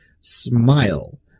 Smile